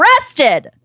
arrested